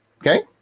Okay